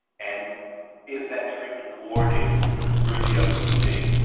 and is that treatment coordinated through the otp?